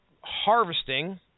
harvesting